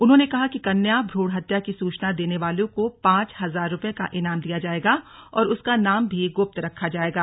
उन्होंने कहा कि कन्या भ्रूण हत्या की सूचना देने वालों को पांच हजार रुपये का इनाम दिया जाएगा और उसका नाम भी गुप्त रखा जाएगा